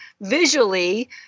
visually